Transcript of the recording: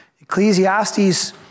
Ecclesiastes